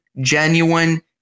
genuine